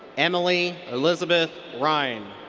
emily elisabeth rhein.